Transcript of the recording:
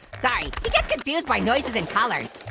sorry to get confused by noises and colors.